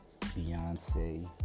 Beyonce